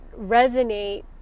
resonate